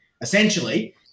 essentially